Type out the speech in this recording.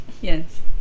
Yes